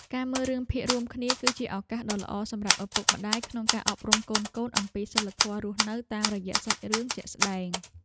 ការមើលរឿងភាគរួមគ្នាគឺជាឱកាសដ៏ល្អសម្រាប់ឪពុកម្ដាយក្នុងការអប់រំកូនៗអំពីសីលធម៌រស់នៅតាមរយៈសាច់រឿងជាក់ស្ដែង។